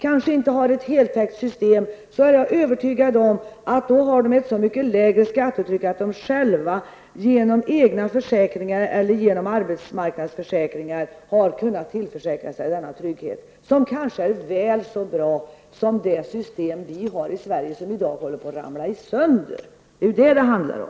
Jag är övertygad om att där människorna inte har heltäckande system har de i stället så mycket lägre skattetryck att de själva genom egna försäkringar eller genom arbetsmarknadsförsäkringar har kunnat tillförsäkra sig en trygghet som kanske är väl så bra som den vi har i Sverige, med ett system som i dag håller på att ramla sönder. Det är ju detta det handlar om.